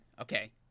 Okay